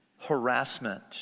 harassment